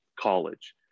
college